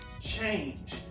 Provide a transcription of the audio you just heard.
change